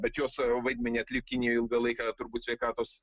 bet jos vaidmenį atlikinėjo ilgą laiką turbūt sveikatos